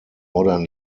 modern